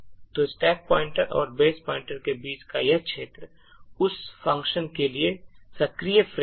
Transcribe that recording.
तो stack pointer और base pointer के बीच का यह क्षेत्र उस फंक्शन के लिए सक्रिय फ्रेम है